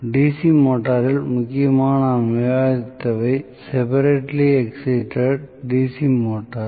DC மோட்டரில் முக்கியமாக நாம் விவாதித்தவை செப்பரேட்லி எக்சிட்டடு DC மோட்டார்